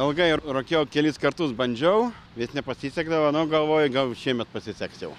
ilgai r rūkiau kelis kartus bandžiau bet nepasisekdavo nu galvoju gal šiemet pasiseks jau